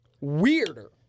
weirder